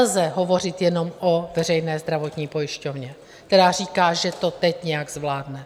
Nelze hovořit jenom o veřejné zdravotní pojišťovně, která říká, že to teď nějak zvládne.